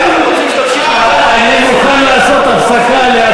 אדוני השר, אנחנו רוצים שתמשיך לנאום.